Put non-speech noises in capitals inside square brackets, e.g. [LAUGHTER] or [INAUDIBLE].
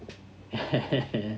[LAUGHS]